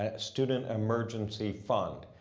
ah student emergency fund.